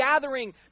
gathering